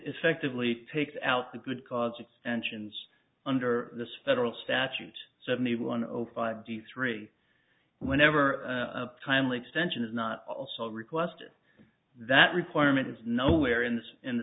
effectively takes out the good cause extensions under this federal statute seventy one zero five d three whenever a timely extension is not also requested that requirement is nowhere in this in the